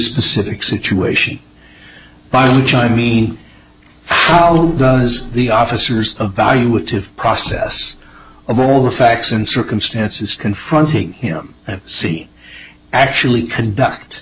specific situation by which i mean how does the officers of value would to process of all the facts and circumstances confronting him and see actually conduct